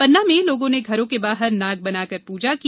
पन्ना में लोगों ने घरों के बाहर नाग बनाकर पूजा की